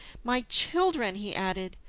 my children, he added,